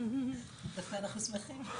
אנחנו שמחים.